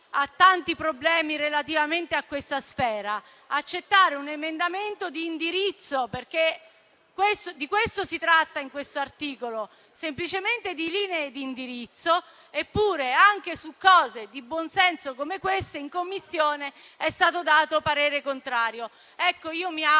ha tanti problemi relativi a questa sfera: accettare un emendamento di indirizzo, perché di ciò si tratta in questo articolo, semplicemente di linee di indirizzo. Eppure, anche su cose di buonsenso come questa, in Commissione, è stato dato parere contrario. Io mi auguro